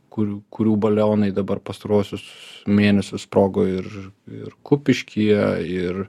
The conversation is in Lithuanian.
kurių kurių balionai dabar pastaruosius mėnesius sprogo ir ir kupiškyje ir